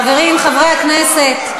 חברי הכנסת,